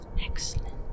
Excellent